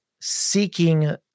seeking